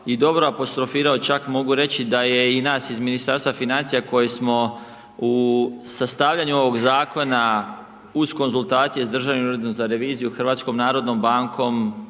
i dobro apostrofirao, čak mogu reći da je i nas iz Ministarstva financija, koji smo u sastavljanju ovog zakona uz konzultacije s Državnim uredom za reviziju, HNB-om, DORH-om,